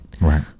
right